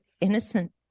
innocent